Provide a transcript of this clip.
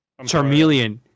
Charmeleon